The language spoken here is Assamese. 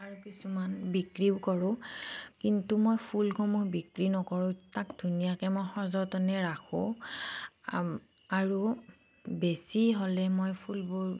আৰু কিছুমান বিক্ৰীও কৰোঁ কিন্তু মই ফুলসমূহ বিক্ৰী নকৰোঁ তাক ধুনীয়াকৈ মই সযতনে ৰাখোঁ আৰু বেছি হ'লে মই ফুলবোৰ